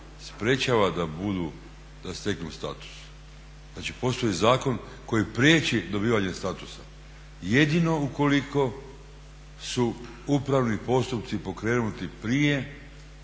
sprečava da steknu status. Znači postoji zakon koji priječi dobivanje statusa, jedino ukoliko su upravni postupci pokrenuti prije